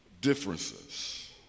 Differences